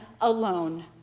alone